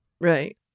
Right